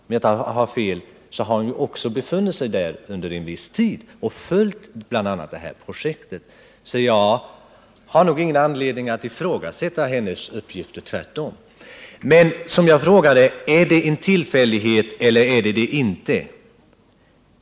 Om jag inte har fel har hon också befunnit sig där under viss tid och följt bl.a. det här projektet. Jag har ingen anledning att ifrågasätta hennes uppgifter — tvärtom. Jag frågade: Rör det sig här om en tillfällighet eller inte?